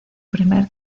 primer